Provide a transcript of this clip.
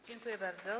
Dziękuję bardzo.